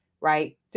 right